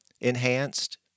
enhanced